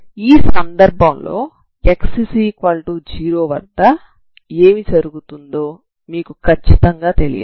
ఈ సందర్భంలో x0 వద్ద ఏమి జరుగుతుందో మీకు ఖచ్చితంగా తెలియదు